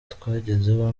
twagezeho